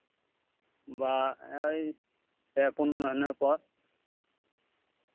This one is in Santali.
ᱵᱟ ᱳᱭ ᱯᱮ ᱯᱩᱱ ᱢᱟᱹᱱᱦᱟᱹ ᱯᱚᱨ